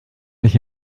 nicht